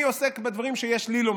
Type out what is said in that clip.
אני עוסק בדברים שיש לי לומר.